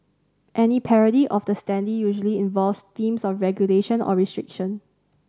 any parody of the standee usually involves themes of regulation or restriction